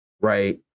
right